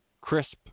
crisp